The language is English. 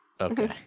Okay